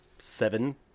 seven